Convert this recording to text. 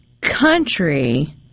country